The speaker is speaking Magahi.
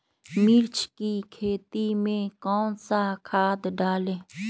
मिर्च की खेती में कौन सा खाद डालें?